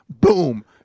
Boom